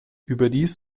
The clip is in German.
überdies